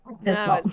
No